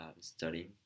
studying